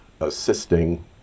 assisting